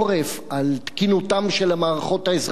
על תקינותן של המערכות האזרחיות,